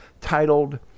titled